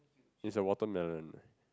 is a watermelon